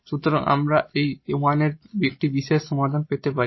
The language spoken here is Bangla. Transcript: সুতরাং আমরা এই 1 এর একটি পার্টিকুলার সমাধান পেতে পারি